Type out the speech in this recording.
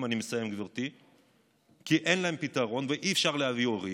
כי אין להם פתרון ואי-אפשר להביא הורים,